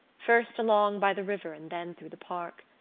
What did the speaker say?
first along by the river and then through the park!